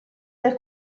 del